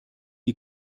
die